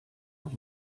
auf